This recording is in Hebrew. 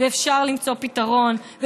ואפשר למצוא פתרון,